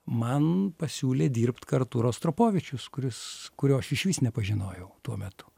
man pasiūlė dirbt kartu rostropovičius kuris kurio aš išvis nepažinojau tuo metu